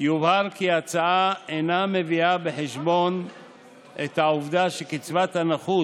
יובהר כי ההצעה אינה מביאה בחשבון את העובדה שקצבת הנכות,